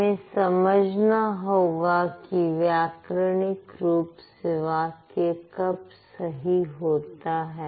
हमें समझना होगा कि व्याकरणिक रूप से वाक्य कब सही होता है